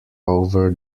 over